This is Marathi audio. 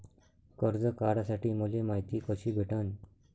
कर्ज काढासाठी मले मायती कशी भेटन?